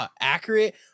accurate